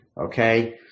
Okay